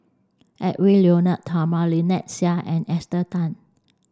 Edwy Lyonet Talma Lynnette Seah and Esther Tan